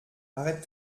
arrête